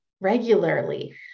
regularly